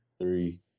three